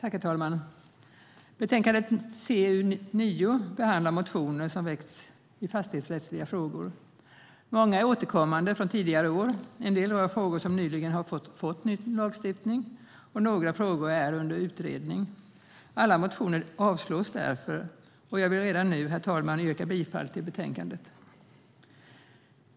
Herr talman! I betänkande CU9 behandlas motioner som har väckts i fastighetsrättsliga frågor. Många är återkommande från tidigare år, en del rör frågor som nyligen har fått ny lagstiftning och några frågor är under utredning. Alla motioner avstyrks därför, och jag vill redan nu, herr talman, yrka bifall till utskottets förslag i betänkandet.